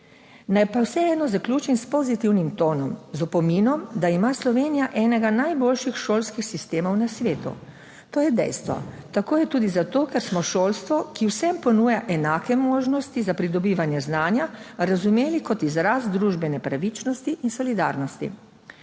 Naj pa vseeno zaključim s pozitivnim tonom, z opominom, da ima Slovenija enega najboljših šolskih sistemov na svetu. To je dejstvo. Tako je tudi zato, ker smo šolstvo, ki vsem ponuja enake možnosti za pridobivanje znanja, razumeli kot izraz družbene pravičnosti in solidarnosti.